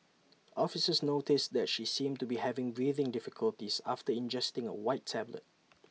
officers noticed that she seemed to be having breathing difficulties after ingesting A white tablet